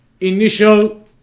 initial